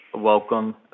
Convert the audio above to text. welcome